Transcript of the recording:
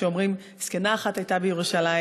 כשאומרים: "זקנה אחת הייתה בירושלים,